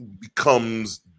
becomes